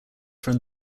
from